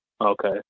Okay